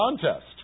contest